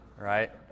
right